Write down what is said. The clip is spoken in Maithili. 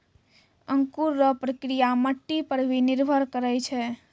अंकुर रो प्रक्रिया मट्टी पर भी निर्भर करै छै